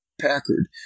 Packard